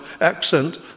accent